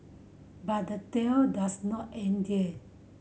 but the tail does not end there